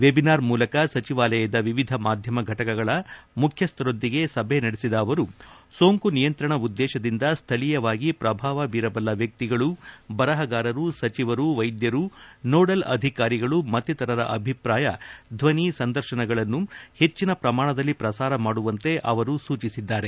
webinar ಮೂಲಕ ಸಚಿವಾಲಯದ ವಿವಿಧ ಮಾಧ್ಯಮ ಘಟಕಗಳ ಮುಖ್ಯಸ್ಥರೊಂದಿಗೆ ಸಭೆ ನಡೆಸಿದ ಅವರು ಸೋಂಕು ನಿಯಂತ್ರಣ ಉದ್ದೇಶದಿಂದ ಸ್ಥಳೀಯವಾಗಿ ಶ್ರಭಾವ ಬೀರಬಲ್ಲ ವ್ಯಕ್ತಿಗಳು ಬರಹಗಾರರು ಸಚಿವರು ವೈದ್ಯರು ನೋಡಲ್ ಅಧಿಕಾರಿಗಳು ಮತ್ತಿತರರ ಅಭಿಪ್ರಾಯ ಧ್ವನಿ ಸಂದರ್ತನಗಳನ್ನು ಹೆಚ್ಚನ ಪ್ರಮಾಣದಲ್ಲಿ ಪ್ರಸಾರ ಮಾಡುವಂತೆ ಅವರು ಸೂಚಿಸಿದ್ದಾರೆ